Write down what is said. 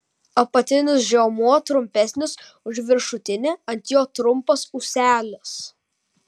apatinis žiomuo trumpesnis už viršutinį ant jo trumpas ūselis